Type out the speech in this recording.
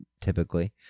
typically